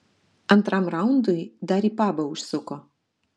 antram raundui dar į pabą užsuko